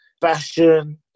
fashion